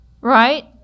right